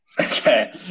Okay